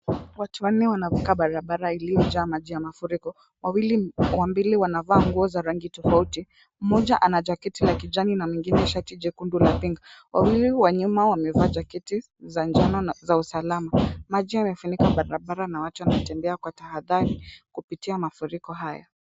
Watu wanne wanavuka barabara iliyojaa maji ya mafuriko. Wawili wanavaa nguo za rangi tofauti. Mmoja ana jaketi la kijani na mwingine shati jekundu la pink .Wawili wa nyuma wamevaa jaketi za njano za usalama. Maji yamefunika barabara na watu wanatembea kwa tahadhari kupitia kwa mafuriko haya.